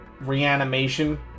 reanimation